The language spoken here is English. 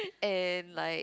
and like